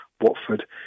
Watford